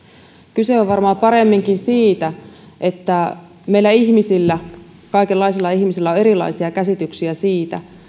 kyse on varmaan paremminkin siitä että meillä ihmisillä kaikenlaisilla ihmisillä on erilaisia käsityksiä siitä